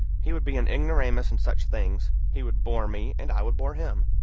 he would be an ignoramus in such things he would bore me, and i would bore him.